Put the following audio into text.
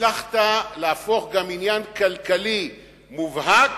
הצלחת להפוך גם עניין כלכלי מובהק,